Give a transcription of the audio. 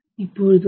இப்பொழுது 3